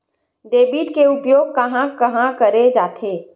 Debit के उपयोग कहां कहा करे जाथे?